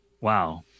wow